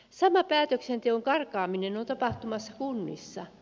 sama päätöksenteon karkaaminen on tapahtumassa kunnissa